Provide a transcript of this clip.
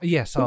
Yes